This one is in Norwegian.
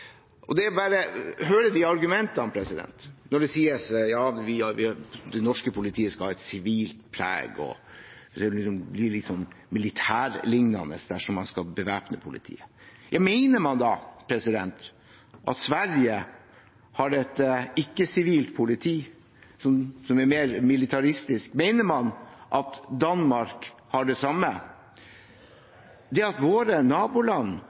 Når det sies at det norske politiet skal ha et sivilt preg, og at det blir litt militærliknende dersom vi skal bevæpne politiet, mener man da at Sverige har et ikke-sivilt politi som er mer militaristisk? Mener man at Danmark har det samme? Det at våre naboland,